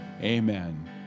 amen